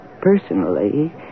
personally